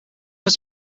was